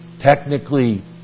technically